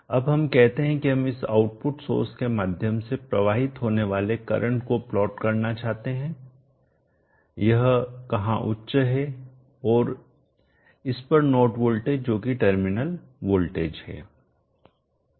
अब हम कहते हैं कि हम इस आउटपुट सोर्स के माध्यम से प्रवाहित होने वाले करंट को प्लॉट करना चाहते हैं यह कहां उच्च है और इस पर नोड वोल्टेज जो कि टर्मिनल वोल्टेज है